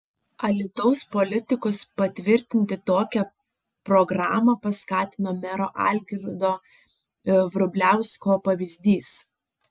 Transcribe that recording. alytaus politikus patvirtinti tokią programą paskatino mero algirdo vrubliausko pavyzdys